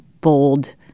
bold